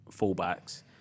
fullbacks